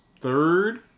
third